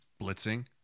blitzing